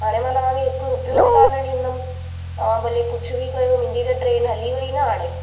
हाणे मां तव्हांखे हिकु रुपियो बि कान ॾींदमि तव्हां भले कुझु बि कयो मुंहिंजी त ट्रेन हली वई न हाणे